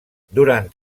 durant